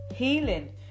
Healing